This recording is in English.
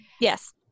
Yes